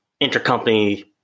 intercompany